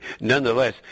nonetheless